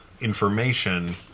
information